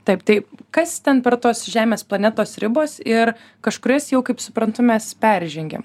taip taip kas ten per tos žemės planetos ribos ir kažkurias jau kaip suprantu mes peržengėm